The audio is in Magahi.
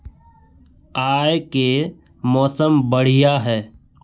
आय के मौसम बढ़िया है?